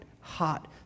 hot